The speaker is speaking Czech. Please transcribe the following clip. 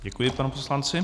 Děkuji panu poslanci.